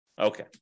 Okay